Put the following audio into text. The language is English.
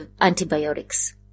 antibiotics